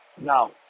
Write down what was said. Now